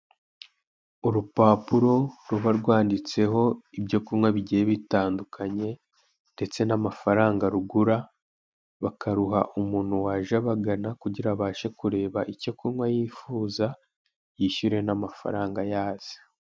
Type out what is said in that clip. Urupapuro ruba rwanditseho ubyo kunywa bigiye bitandukanye, ndetse n'amafaranga rugura, bakaruha umuntu waje abagana, kugira abashe kureba icyo kunywa yifuza, yishyure n'amafaranga ayazi.